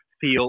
feel